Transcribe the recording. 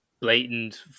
blatant